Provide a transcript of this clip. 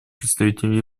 представителю